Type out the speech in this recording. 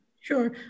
Sure